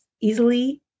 easily